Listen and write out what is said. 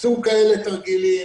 נעשו כאלה תרגילים,